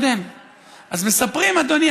ואני אסיים בסיפור אחד,